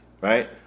right